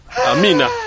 Amina